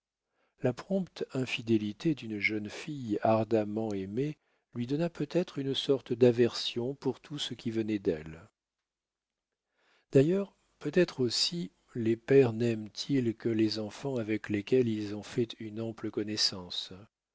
la prompte infidélité d'une jeune fille ardemment aimée lui donna peut-être une sorte d'aversion pour tout ce qui venait d'elle d'ailleurs peut-être aussi les pères naiment ils que les enfants avec lesquels ils ont fait une ample connaissance